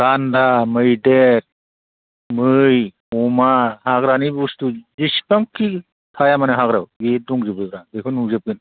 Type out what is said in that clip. गान्दा मैदेर मै अमा हाग्रानि बुसथु जेसेबांखि थायामानो हाग्रायाव बे दंजोबोरा बेखौ नुजोबगोन